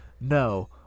no